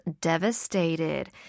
devastated